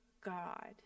God